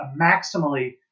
maximally